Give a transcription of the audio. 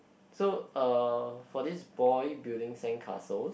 so uh for this boy building sandcastles